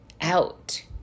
out